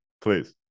Please